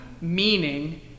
meaning